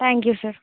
thank you sir